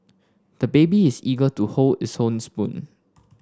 the baby is eager to hold his own spoon